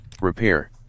Repair